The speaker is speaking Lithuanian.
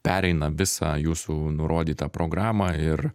pereina visą jūsų nurodytą programą ir